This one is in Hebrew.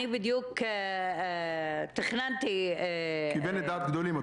בדיוק תכננתי -- את אומרת שהוא כיוון לדעת גדולים.